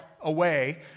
away